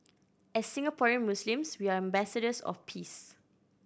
as Singaporean Muslims we are ambassadors of peace